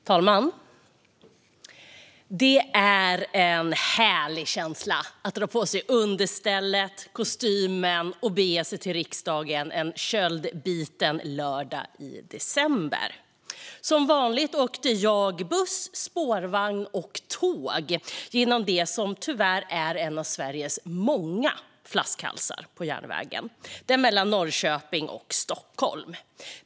Fru talman! Det är en härlig känsla att dra på sig understället och kostymen och bege sig till riksdagen en köldbiten lördag i december. Som vanligt åkte jag buss, spårvagn och tåg genom det som tyvärr är en av Sveriges många flaskhalsar på järnvägen: den mellan Norrköping och Stockholm.